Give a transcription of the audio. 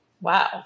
wow